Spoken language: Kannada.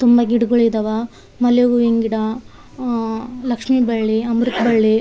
ತುಂಬ ಗಿಡಗಳಿದಾವೆ ಮಲ್ಲೆ ಹೂವಿನ ಗಿಡ ಲಕ್ಷ್ಮಿ ಬಳ್ಳಿ ಅಮೃತ ಬಳ್ಳಿ